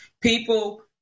People